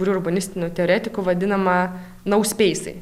kur urbanistinių teoretikų vadinama nauspeisai